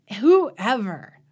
Whoever